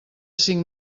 cinc